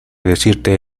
decirte